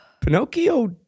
Pinocchio